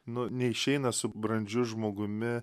nu neišeina su brandžiu žmogumi